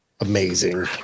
amazing